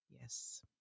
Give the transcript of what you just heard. yes